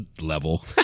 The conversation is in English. level